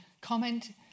comment